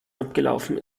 abgelaufen